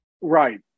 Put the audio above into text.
Right